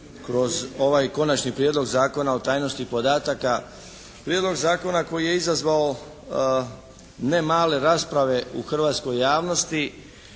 kroz ovaj Konačni prijedlog Zakona o tajnosti podataka, prijedlog zakona koji je izazvao ne male rasprave u hrvatskoj javnosti,